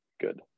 good